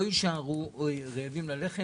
לעשות הכול על מנת שאנשים לא יישארו רעבים ללחם,